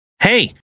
hey